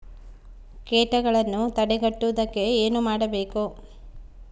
ಕೇಟಗಳನ್ನು ತಡೆಗಟ್ಟುವುದಕ್ಕೆ ಏನು ಮಾಡಬೇಕು?